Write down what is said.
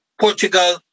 Portugal